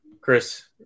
Chris